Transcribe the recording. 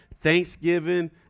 Thanksgiving